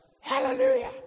hallelujah